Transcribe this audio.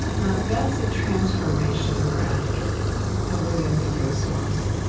now, that's the transformation we're after with ambiguous loss,